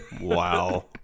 Wow